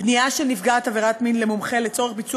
פנייה של נפגעת עבירת מין למומחה לצורך ביצוע